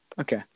Okay